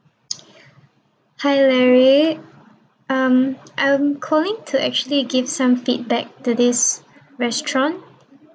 hi larry um I'm calling to actually give some feedback to this restaurant